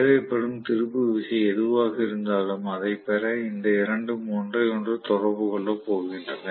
தேவைப்படும் திருப்பு விசை எதுவாக இருந்தாலும் அதை பெற அந்த இரண்டும் ஒன்றை ஒன்று தொடர்பு கொள்ளப் போகின்றன